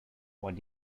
what